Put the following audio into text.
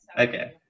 Okay